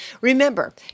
remember